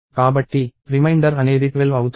కాబట్టి రిమైండర్ అనేది 12 అవుతుంది